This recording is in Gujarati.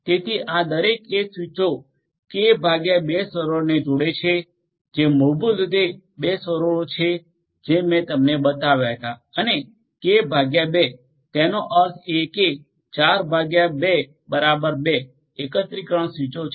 તેથી આ દરેક એજ સ્વીચો k ભાગ્યા 2 સર્વરોને જોડે છે જે મૂળભૂત રીતે 2 સર્વરો છે જે મેં તમને બતાવ્યા હતા અને kકે ભાગ્યા 2 તેનો અર્થ એ કે 4 ભાગ્યા 2 બરાબર 2 એકત્રીકરણ સ્વીચો છે